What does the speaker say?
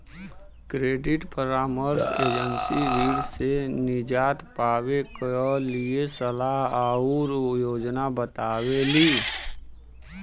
credit परामर्श agency ऋण से निजात पावे क लिए सलाह आउर योजना बतावेली